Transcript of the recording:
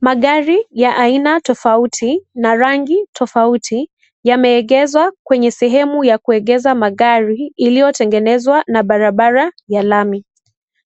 Magari ya aina tofauti na rangi tofauti yameegezwa kwenye sehemu ya kuegeza magari iliyotengenezwa na barabara ya lami.